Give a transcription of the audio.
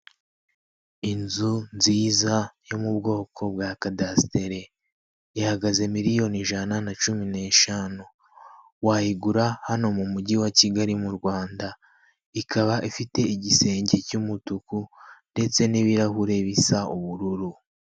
Inzu nziza yo mu bwoko bwa kadasitere. Ihagaze miliyoni ijana na cumi n'eshanu. Wayigura hano mu mujyi wa Kigali, mu Rwanda. Ikaba ifite igisenge cy'umutuku ndetse n'ibirahure bisa ubururu.